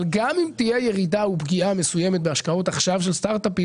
גם אם תהיה עכשיו ירידה ופגיעה מסוימת בהשקעות של סטרט-אפים,